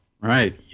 right